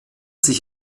sich